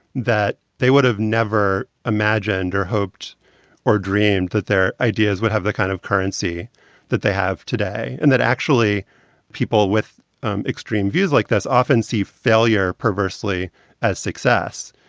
that they would have never imagined or hoped or dreamed that their ideas would have the kind of currency that they have today. and that actually people with extreme views like this often see failure perversely as success,